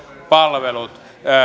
palvelut